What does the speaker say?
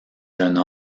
jeune